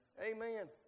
Amen